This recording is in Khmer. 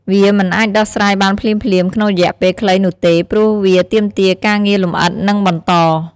វាមិនអាចដោះស្រាយបានភ្លាមៗក្នុងរយៈពេលខ្លីនោះទេ ព្រោះវាទាមទារការងារលម្អិត និងបន្ត។